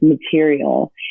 material